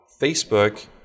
Facebook